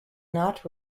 not